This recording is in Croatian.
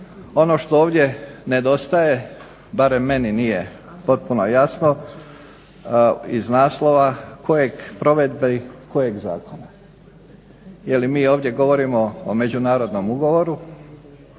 Ono što ovdje nedostaje, barem meni nije potpuno jasno iz naslova provedbi kojeg zakona. Je li mi ovdje govorimo o međunarodnom ugovoru,